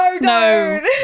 No